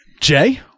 jay